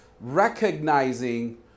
recognizing